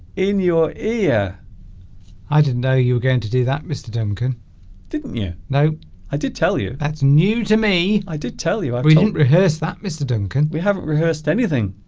in your ear i didn't know you were going to do that mr. duncan didn't you know i did tell you that's new to me i did tell you i we didn't rehearse that mr. duncan we haven't rehearsed anything